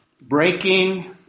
breaking